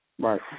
Right